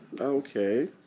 Okay